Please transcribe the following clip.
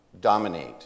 dominate